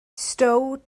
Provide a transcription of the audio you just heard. stow